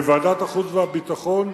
בוועדת החוץ והביטחון,